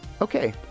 Okay